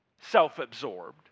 self-absorbed